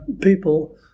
people